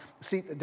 See